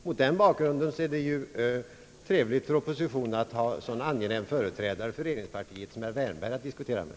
Mot den bakgrunden är det ju trevligt för oppositionen att ha en så angenäm företrädare för regeringspartiet som herr Wärnberg att diskutera med.